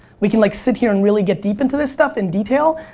we can like sit here and really get deep into this stuff, in detail.